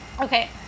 Okay